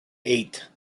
eight